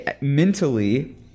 mentally